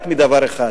רק מדבר אחד,